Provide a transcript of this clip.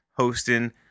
Hosting